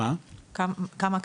כמה ההקצאה?